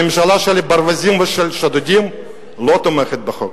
הממשלה של ברווזים ושודדים לא תומכת בחוק.